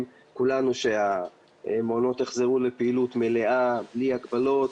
כולנו שהמעונות יחזרו לפעילות מלאה בלי הגבלות